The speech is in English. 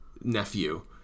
nephew